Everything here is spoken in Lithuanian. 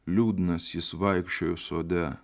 liūdnas jis vaikščiojo sode